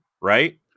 Right